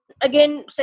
again